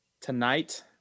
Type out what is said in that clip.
Tonight